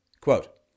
Quote